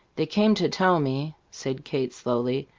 they came to tell me, said kate, slowly,